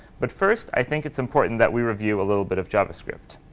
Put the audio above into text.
but first, i think it's important that we review a little bit of javascript.